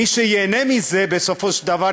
מי שייהנה מזה בסופו של דבר,